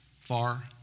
Far